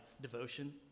devotion